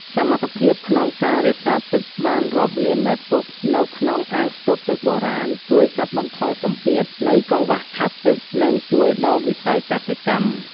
សមត្ថភាពក្នុងការរក្សាទឹកបានរាប់លានម៉ែត្រគូបនៅក្នុងអាងស្តុកទឹកបុរាណជួយកាត់បន្ថយសម្ពាធនៃកង្វះខាតទឹក និងជួយដល់វិស័យកសិកម្ម។